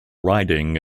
riding